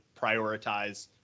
prioritize